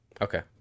okay